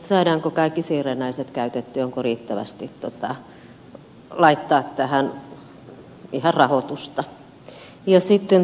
saadaanko kaikki siirrännäiset käytettyä ja onko riittävästi laittaa tähän rahoitusta